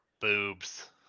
boobs